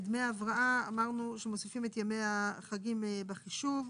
דמי הבראה אמרנו שמוסיפים את ימי החגים בחישוב,